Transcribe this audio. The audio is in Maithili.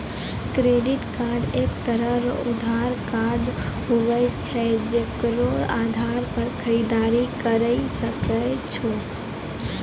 क्रेडिट कार्ड एक तरह रो उधार कार्ड हुवै छै जेकरो आधार पर खरीददारी करि सकै छो